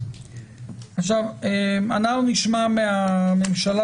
אנחנו נשמע מהממשלה.